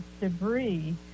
debris